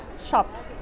shop